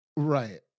Right